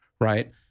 Right